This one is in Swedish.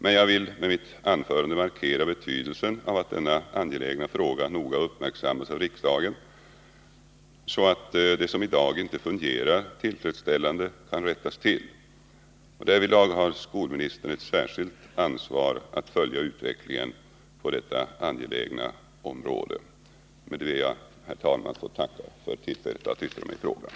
Men jag vill med mitt anförande markera betydelsen av att denna angelägna fråga noga uppmärksammas av riksdagen, så att det som i dag inte fungerar tillfredsställande kan rättas till. Därvidlag har skolministern ett särskilt ansvar att följa utvecklingen på detta angelägna område. Med detta ber jag, herr talman, att få tacka för tillfället att yttra mig i frågan.